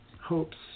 hopes